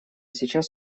сейчас